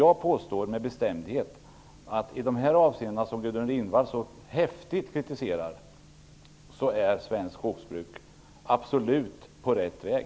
Jag påstår ändå med bestämdhet att svenskt skogsbruk i de avseenden som Gudrun Lindvall så häftigt kritiserar absolut är på rätt väg.